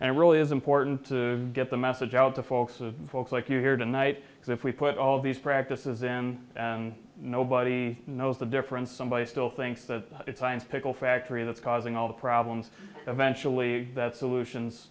it really is important to get the message out to folks of folks like you here tonight because if we put all these practices in and nobody knows the difference somebody still thinks that it's science pickle factory that's causing all the problems eventually that solutions